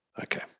okay